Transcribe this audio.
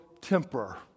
temper